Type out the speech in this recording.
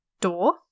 door